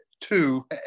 two